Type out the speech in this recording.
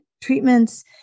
treatments